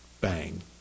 Bang